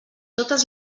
totes